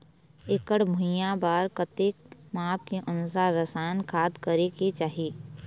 एकड़ भुइयां बार कतेक माप के अनुसार रसायन खाद करें के चाही?